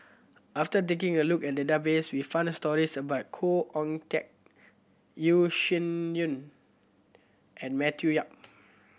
after taking a look at the database we found stories about Khoo Oon Teik Yeo Shih Yun and Matthew Yap